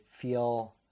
feel